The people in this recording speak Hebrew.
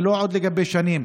ולא עוד לגבי שנים.